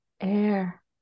air